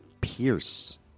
pierce